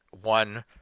one